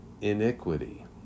iniquity